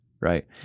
right